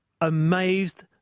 Amazed